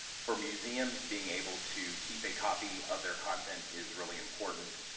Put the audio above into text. for museums being able to keep a copy of their content is really important.